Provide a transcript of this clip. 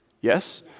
Yes